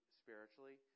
spiritually